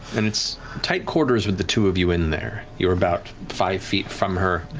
and it's tight quarters with the two of you in there. you're about five feet from her,